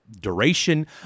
duration